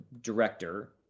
director